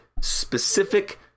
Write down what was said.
specific